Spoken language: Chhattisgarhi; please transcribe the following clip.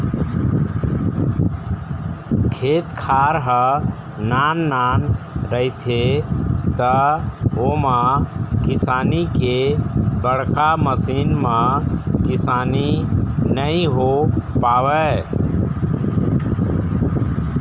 खेत खार ह नान नान रहिथे त ओमा किसानी के बड़का मसीन म किसानी नइ हो पावय